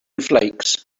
flakes